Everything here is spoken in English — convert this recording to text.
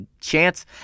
chance